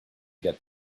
got